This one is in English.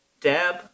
Dab